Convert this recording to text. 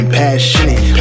passionate